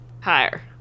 Higher